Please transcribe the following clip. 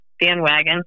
bandwagon